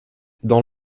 dans